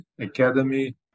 Academy